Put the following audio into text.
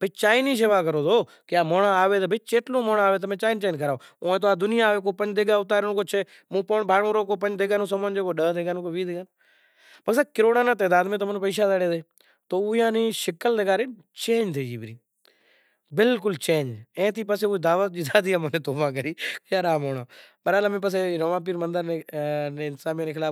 بھائی گوار جیکو بھی سئہ گرمی میں تھئیسے گوار ای سئہ کہ پہلے پانڑی دیگڑی میں پانڑی راکھشو وڑے ایئے ناں چنگی طرح سڑایو پسے سڑائیوے پسے ایئے ناں نئے سر اتارو